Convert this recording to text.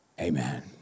Amen